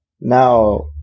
Now